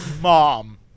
Mom